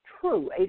true